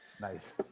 Nice